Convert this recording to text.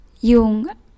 yung